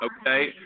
okay